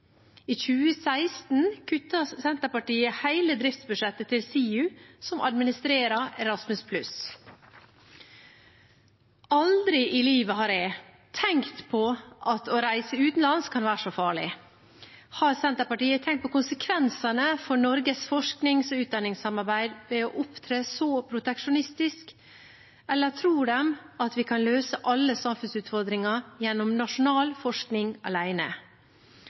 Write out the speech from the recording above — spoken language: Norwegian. I 2016 kuttet Senterpartiet hele driftsbudsjettet til SIU, Senter for internasjonalisering av utdanning, som administrerer Erasmus+. «Aldri i livet» har jeg tenkt at å reise utenlands kan være så farlig! Har Senterpartiet tenkt på konsekvensene for Norges forsknings- og utdanningssamarbeid ved å opptre så proteksjonistisk, eller tror de at vi kan løse alle samfunnsutfordringer gjennom nasjonal forskning